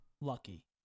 Lucky